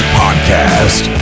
podcast